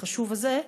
והחשוב הזה,